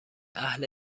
اهل